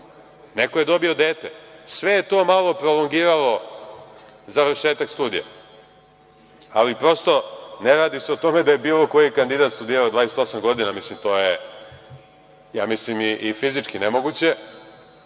Neko je dobio dete. Sve je to malo prolongiralo završetak studija, ali prosto ne radi se o tome da je bilo koji kandidat studirao 28 godina. To je mislim i fizički nemoguće,